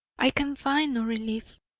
i can find no relief,